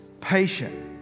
patient